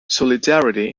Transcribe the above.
solidarity